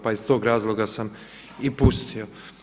Pa iz tog razloga sam i pustio.